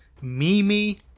Mimi